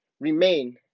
remain